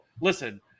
listen